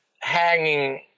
hanging